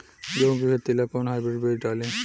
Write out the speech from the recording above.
गेहूं के खेती ला कोवन हाइब्रिड बीज डाली?